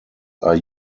are